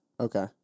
Okay